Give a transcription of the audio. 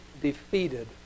defeated